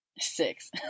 Six